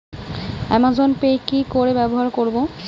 Amazon Pay কি করে ব্যবহার করব?